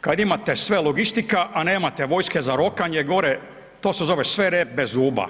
kada imate sve logistika, a nemajte vojske za rokanje gore to se zove sve rep bez zuba.